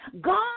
God